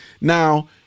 Now